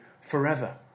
forever